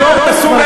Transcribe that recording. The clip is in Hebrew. לא מסוגלים,